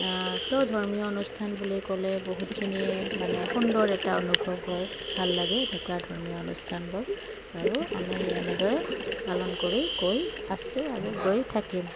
তো ধৰ্মীয় অনুষ্ঠান বুলি ক'লে বহুতখিনিয়ে মানে সুন্দৰ এটা অনুভৱ হয় ভাল লাগে এনেকুৱা ধৰ্মীয় অনুষ্ঠানবোৰ আৰু আমি এনেদৰে পালন কৰি গৈ আছো আৰু গৈ থাকিম